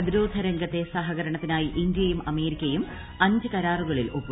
പ്രതിരോധ രംഗത്തെ സഹകരണത്തിനായി ഇന്ത്യയും അമേരിക്കയും അഞ്ച് കരാറുകളിൽ ളപ്പുപ്പച്ചു